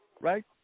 Right